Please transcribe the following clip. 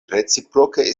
reciproke